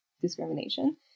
discrimination